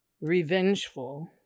Revengeful